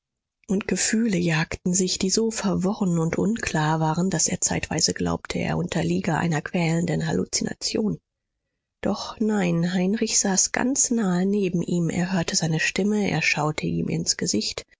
und gefühle jagten sich die so verworren und unklar waren daß er zeitweise glaubte er unterliege einer quälenden halluzination doch nein heinrich saß ganz nahe neben ihm er hörte seine stimme er schaute ihm ins gesicht